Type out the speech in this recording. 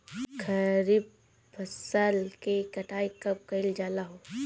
खरिफ फासल के कटाई कब कइल जाला हो?